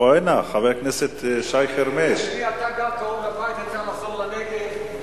חבר הכנסת שי חרמש, כך הישיבות בקיבוץ מתנהלות?